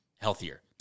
healthier